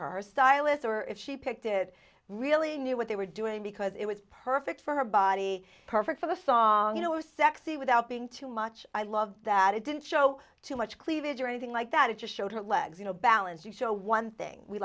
her stylist or if she picked it really knew what they were doing because it was perfect for her body perfect for the song it was sexy without being too much i love that it didn't show too much cleavage or anything like that it just showed her legs you know balance the show one thing we